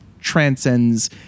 transcends